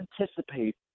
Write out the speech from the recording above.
anticipate